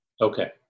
okay